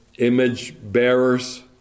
image-bearers